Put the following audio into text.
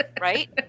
right